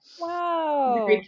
Wow